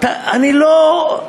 אני לא,